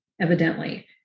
evidently